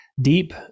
deep